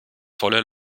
voller